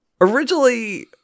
Originally